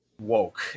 woke